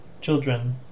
children